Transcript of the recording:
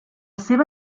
seva